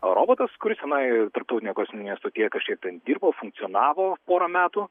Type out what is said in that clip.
robotas kuris tenai tarptautinėje kosminėje stotyje kažkiek ten dirbo funkcionavo porą metų